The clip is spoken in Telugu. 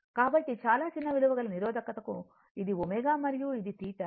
కాబట్టి చాలా చిన్న విలువ గల నిరోధకతకు ఇది ω మరియు ఇది θ